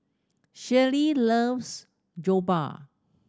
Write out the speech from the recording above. Shirlie loves Jokbal